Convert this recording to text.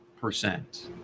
percent